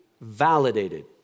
validated